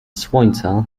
słońca